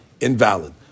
invalid